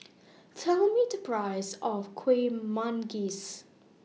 Tell Me The Price of Kueh Manggis